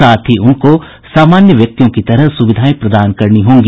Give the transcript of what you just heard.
साथ ही उनकों सामान्य व्यक्तियों की तरह सुविधाएं प्रदान करनी होगी